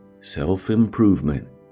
self-improvement